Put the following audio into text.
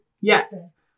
Yes